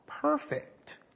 Perfect